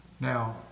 Now